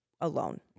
alone